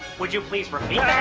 would you please repeat? yeah